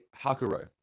Hakuro